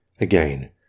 Again